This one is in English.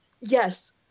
Yes